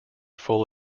full